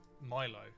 Milo